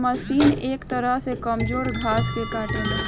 इ मशीन एक तरह से कमजोर घास के काटेला